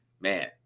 man